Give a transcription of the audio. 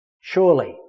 Surely